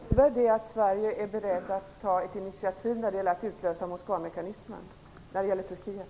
Fru talman! Betyder det att Sverige är berett att ta ett initiativ för att utlösa Moskvamekanismen när det gäller Turkiet?